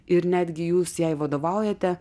ir netgi jūs jai vadovaujate